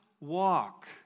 walk